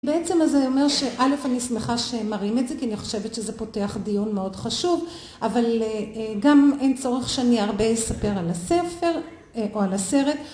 בעצם אז זה אומר שא', אני שמחה שמראים את זה, כי אני חושבת שזה פותח דיון מאוד חשוב, אבל גם אין צורך שאני הרבה אספר על הספר, או על הסרט,